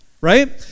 right